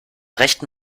rechten